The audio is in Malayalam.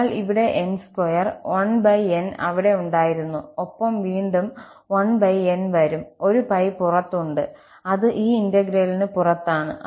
അതിനാൽ ഇവിടെ 𝑛2 1𝑛 അവിടെ ഉണ്ടായിരുന്നു ഒപ്പം വീണ്ടും 1𝑛 വരും ഒരു 𝜋 പുറത്ത് ഉണ്ട് അത് ഈ ഇന്റെഗ്രേലിന് പുറത്താണ്